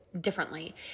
Differently